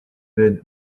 veines